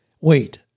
Wait